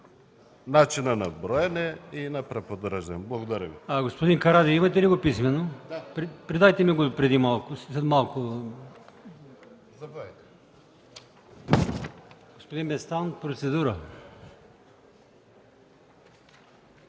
начина на броене и на преподреждане. Благодаря.